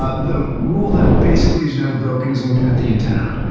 ah the rule that basically is never broken is looking at the antenna.